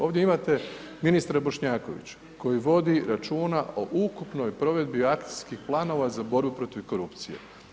Ovdje imate ministra Bošnjakovića koji vodi računa o ukupnoj provedbi akcijskih planova za borbu protiv korupcije.